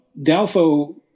Dalfo